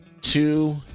two